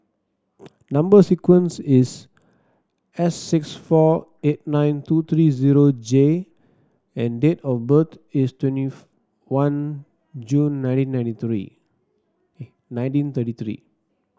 number sequence is S six four eight nine two three zero J and date of birth is twenty one June nineteen ninety three nineteen thirty three